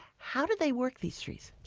how did they work these trees?